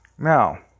Now